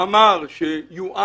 הוא אמר שיועד